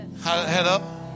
Hello